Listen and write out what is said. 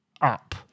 up